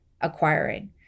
acquiring